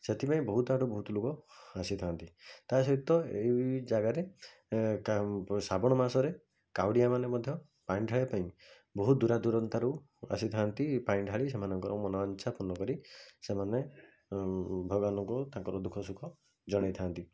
ସେଥିପାଇଁ ବହୁତ ଆଡ଼ୁ ବହୁତ ଲୋକ ଆସିଥାନ୍ତି ତା ସହିତ ଏଇ ଜାଗାରେ ଶ୍ରାବଣ ମାସରେ କାଉଡ଼ିଆ ମାନେ ମଧ୍ୟ ପାଣି ଢାଳିବା ପାଇଁ ବହୁତ ଦୁରଦୂରାନ୍ତରୁ ଆସିଥାନ୍ତି ପାଣି ଢାଳି ସେମାନଙ୍କର ମନବାଞ୍ଛା ପୂର୍ଣ୍ଣକରି ସେମାନେ ଭଗବାନ ଙ୍କୁ ତାଙ୍କର ଦୁଃଖସୁଖ ଜଣେଇଥାନ୍ତି